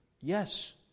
yes